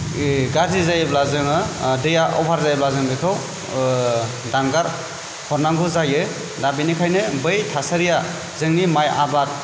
गाज्रि जायोब्ला जोङो दैआ अभार जायोब्ला जों बेखौ दानगार हरनांगौ जायो दा बेनिखायनो बै थासारिया जोंनि माइ आबाद